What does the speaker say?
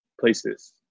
places